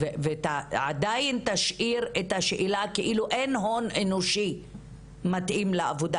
ועדיין תשאיר את השאלה כאילו אין הון אנושי מתאים לעבודה,